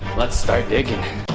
let's start digging